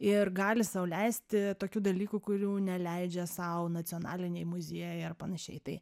ir gali sau leisti tokių dalykų kurių neleidžia sau nacionaliniai muziejai ar panašiai tai